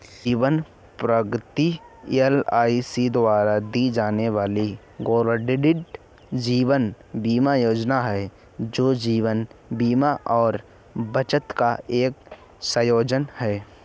जीवन प्रगति एल.आई.सी द्वारा दी जाने वाली गैरलिंक्ड जीवन बीमा योजना है, जो जीवन बीमा और बचत का एक संयोजन है